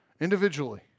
individually